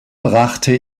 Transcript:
brachte